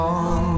on